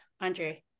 Andre